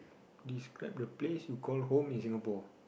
describe the place you home in Singapore